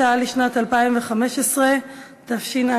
כי הונח היום על שולחן הכנסת אשרור הסכם בין